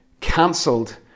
cancelled